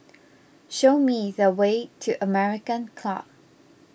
show me the way to American Club